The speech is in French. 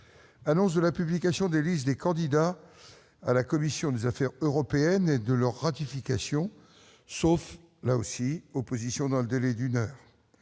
Annonce de la publication des listes des candidats à la commission des affaires européennes et de leur ratification sauf opposition dans le délai d'une heure.